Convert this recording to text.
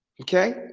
Okay